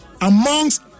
amongst